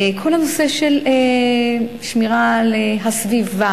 כל הנושא של שמירה על הסביבה,